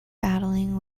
battling